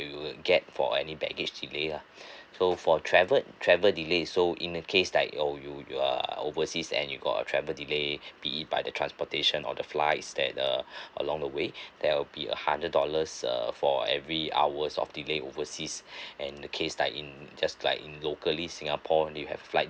get for any baggage delay lah so for travel travel delay so in the case like uh you you're overseas and you got a travel delay be it by the transportation or the flights that uh along the way there will be a hundred dollars err for every hours of delay overseas and the case like in just like in locally singapore you have flight